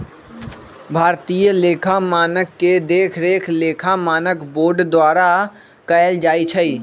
भारतीय लेखा मानक के देखरेख लेखा मानक बोर्ड द्वारा कएल जाइ छइ